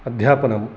अध्यापनं